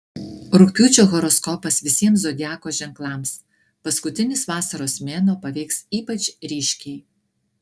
rugpjūčio horoskopas visiems zodiako ženklams paskutinis vasaros mėnuo paveiks ypač ryškiai